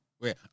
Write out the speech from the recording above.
Wait